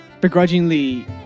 begrudgingly